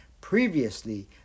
Previously